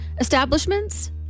establishments